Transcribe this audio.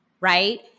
right